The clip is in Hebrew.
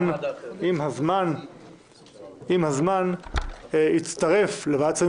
עם הזמן הצטרפה לוועדה בעניין ההתמודדות